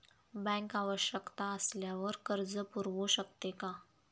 Bank आवश्यकता असल्यावर कर्ज पुरवू शकते का?